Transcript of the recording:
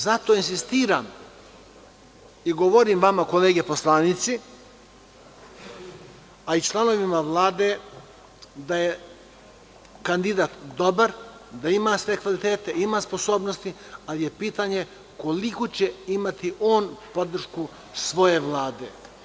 Zato insistiram i govorim vama kolege poslanici, a i članovima Vlade, da je kandidat dobar, da ima sve kvalitet, ima sposobnosti, ali je pitanje koliko će on imati podršku svoje Vlade.